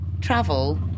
travel